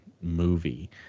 movie